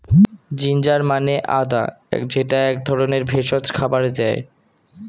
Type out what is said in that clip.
ginger মানে আদা যেইটা এক ধরনের ভেষজ খাবারে দেয়